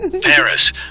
paris